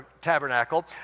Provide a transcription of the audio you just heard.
tabernacle